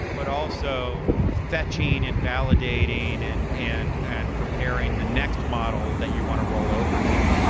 but also fetching and validating and and and preparing the next model that you want to roll over to.